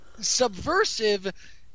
Subversive